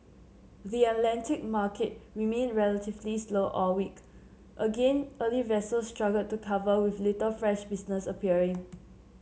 the Atlantic market remained relatively slow all week again early vessels struggled to cover with little fresh business appearing